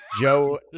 Joe